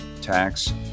tax